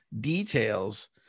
details